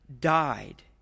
died